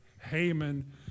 Haman